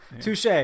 touche